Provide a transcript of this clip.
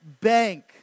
bank